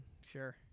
sure